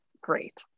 great